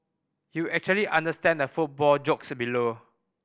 you actually understand the football jokes below